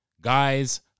guys